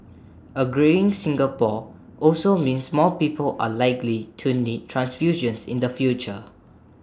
A greying Singapore also means more people are likely to need transfusions in the future